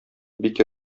бик